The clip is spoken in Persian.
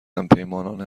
همپیمانان